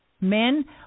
Men